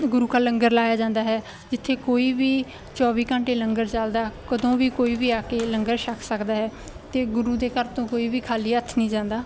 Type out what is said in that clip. ਗੁਰੂ ਕਾ ਲੰਗਰ ਲਾਇਆ ਜਾਂਦਾ ਹੈ ਜਿੱਥੇ ਕੋਈ ਵੀ ਚੌਵੀ ਘੰਟੇ ਲੰਗਰ ਚੱਲਦਾ ਕਦੋਂ ਵੀ ਕੋਈ ਵੀ ਆ ਕੇ ਲੰਗਰ ਛੱਕ ਸਕਦਾ ਹੈ ਅਤੇ ਗੁਰੂ ਦੇ ਘਰ ਤੋਂ ਕੋਈ ਵੀ ਖਾਲੀ ਹੱਥ ਨਹੀਂ ਜਾਂਦਾ